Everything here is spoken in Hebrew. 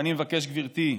ואני מבקש, גברתי,